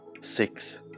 six